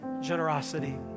generosity